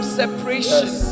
separation